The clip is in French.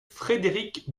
frédéric